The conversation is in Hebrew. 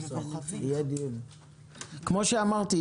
כפי שאמרתי,